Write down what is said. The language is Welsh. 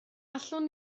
allwn